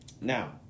now